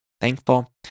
thankful